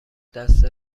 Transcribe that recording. دست